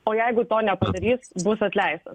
o jeigu to nepadarys bus atleistas